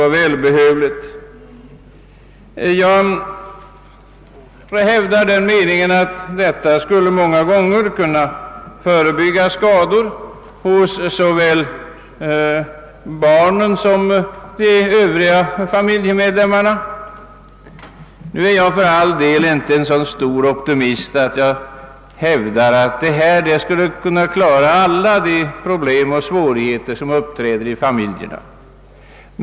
Jag tror nämligen att detta många gånger skulle kunna förebygga skador hos såväl barnen som de övriga familjemedlemmarna. Nu är jag för all del inte så stor optimist, att jag tror att detta skulle kunna klara alla de problem och svårigheter som kan uppträda i en familj.